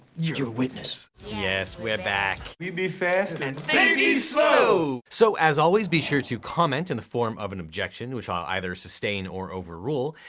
your witness. yes, we're back. we be fast and so so as always, be sure to comment in the form of an objection which i'll either sustain or overrule.